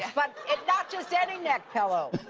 ah but and not just any nick pillow.